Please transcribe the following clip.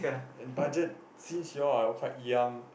and budget since you all are quite young